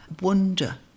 wonder